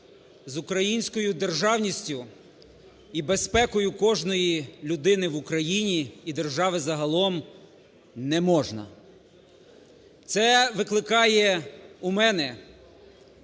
з українською державністю і безпекою кожної людини в Україні, і держави загалом не можна. Це викликає у мене